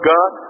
God